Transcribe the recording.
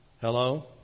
Hello